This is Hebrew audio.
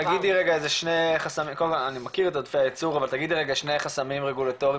אני מכיר את עודפי הייצור אבל תגידי שני חסמים רגולטוריים